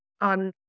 on